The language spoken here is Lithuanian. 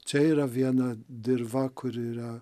čia yra viena dirva kur yra